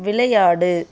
விளையாடு